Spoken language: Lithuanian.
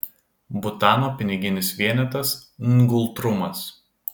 butano piniginis vienetas ngultrumas